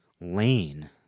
Lane